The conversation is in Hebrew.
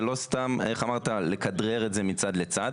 ואנחנו לא רוצים סתם לכדרר את זה מצד לצד.